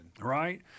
Right